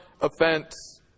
offense